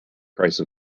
price